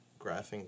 graphing